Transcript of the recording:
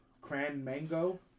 cran-mango